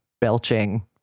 belching